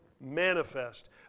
manifest